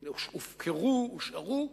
הופקרו, הושארו.